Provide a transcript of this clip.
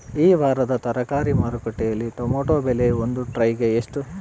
ಈ ವಾರದ ತರಕಾರಿ ಮಾರುಕಟ್ಟೆಯಲ್ಲಿ ಟೊಮೆಟೊ ಬೆಲೆ ಒಂದು ಟ್ರೈ ಗೆ ಎಷ್ಟು?